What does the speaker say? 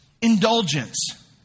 Indulgence